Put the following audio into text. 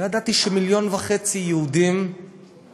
לא ידעתי ש-1.5 מיליון יהודים נלחמו,